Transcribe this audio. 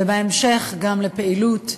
ובהמשך גם לפעילות,